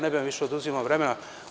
Ne bih vam više oduzimao vremena.